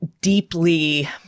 deeply